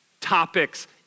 topics